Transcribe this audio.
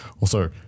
Also-